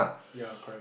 ya correct